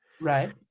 right